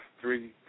three